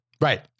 Right